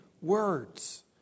words